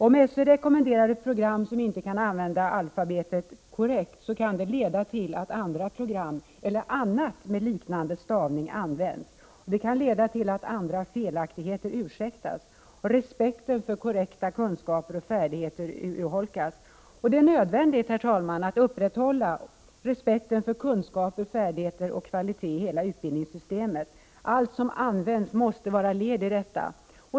Om SÖ rekommenderar ett program som inte kan använda alfabetet korrekt kan det leda till att andra program eller annat med liknande stavning används. Det kan också leda till att andra felaktigheter ursäktas och respekten för korrekta kunskaper och färdigheter urholkas. Herr talman! Det är nödvändigt att upprätthålla respekten för kunskaper, färdigheter och kvalitet i hela utbildningssystemet. Allt som används måste vara ett led i detta.